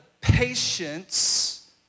patience